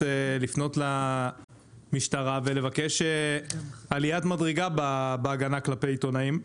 לפנות למשטרה ולבקש עליית מדרגה בהגנה כלפי עיתונאים.